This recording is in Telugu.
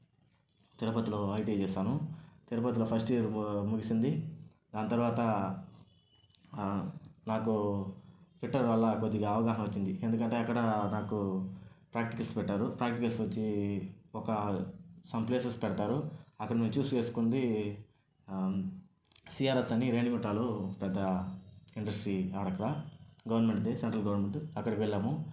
నేను అప్పుడప్పుడు వర్క్స్ వెళ్లి తర్వాత ట్రైన్ పాస్ కట్టుకొని తిరుపతిలో ఐటీ చేశాను తిరుపతిలో ఫస్ట్ ఇయర్ ముగిసింది దాని తర్వాత నాకు ఫిట్టర్ వల్ల కొద్దిగా అవగాహన వచ్చింది ఎందుకంటే అక్కడ నాకు ప్రాక్టికల్స్ పెట్టారు ప్రాక్టికల్స్ వచ్చి ఒక సం ప్లేసెస్ పెడతారు అక్కడ నేను చూస్ చేసుకుంది సిఆర్ఎస్ అని రేణిగుంటలో పెద్ద ఇండస్ట్రీ ఆడక్కడ గవర్నమెంట్ది సెంట్రల్ గవర్నమెంట్ అక్కడికి వెళ్ళాము